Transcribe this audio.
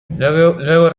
luego